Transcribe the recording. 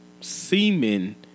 semen